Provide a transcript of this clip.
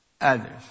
Others